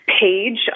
page